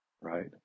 right